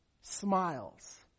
Smiles